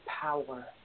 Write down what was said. power